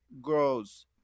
grows